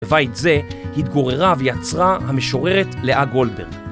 בבית זה התגוררה ויצרה המשוררת לאה גולדברג.